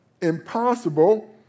impossible